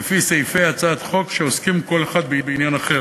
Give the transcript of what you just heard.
לפי סעיפי הצעת חוק שעוסקים כל אחד בעניין אחר.